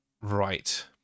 Right